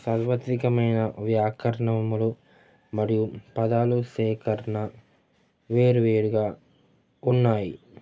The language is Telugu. సర్వత్రికమైన వ్యాకరణములు మరియు పదాలు సేకరణ వేరువేరుగా ఉన్నాయి